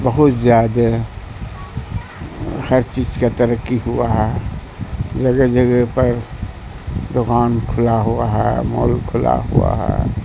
بہت زیادہ ہر چیز کا ترقی ہوا ہے جگہ جگہ پر دکان کھلا ہوا ہے مال کھلا ہوا ہے